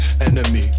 enemy